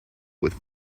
with